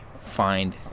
find